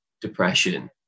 depression